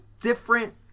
different